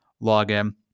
login